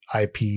ip